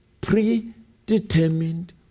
predetermined